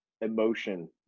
emotion